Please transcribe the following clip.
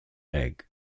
egg